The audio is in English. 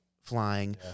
flying